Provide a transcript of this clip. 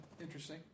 Interesting